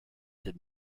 did